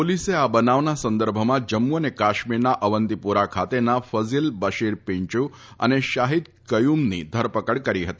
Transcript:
પોલીસે આ બનાવના સંદર્ભમાં જમ્મુ અને કાશ્મીરના અવંતીપોરા ખાતેના ફઝીલ બશીર પીંચુ તથા શાહિદ ક્યુમની ધરપકડ કરી હતી